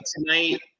tonight